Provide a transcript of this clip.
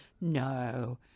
no